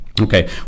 Okay